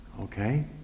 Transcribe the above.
Okay